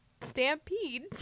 stampede